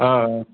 آ آ